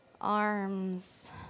arms